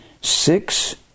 six